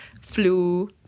flu